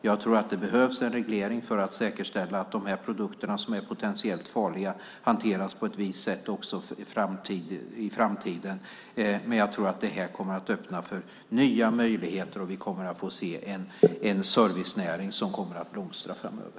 Jag tror att det behövs en reglering för att säkerställa att de produkter som är potentiellt farliga hanteras på ett visst sätt också i framtiden, men jag tror att det här kommer att öppna för nya möjligheter. Vi kommer att få se en servicenäring som kommer att blomstra framöver.